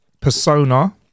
persona